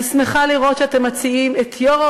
אני שמחה לראות שאתם מציעים את יושב-ראש